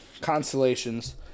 constellations